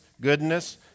goodness